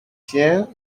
tiens